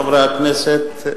חברי הכנסת,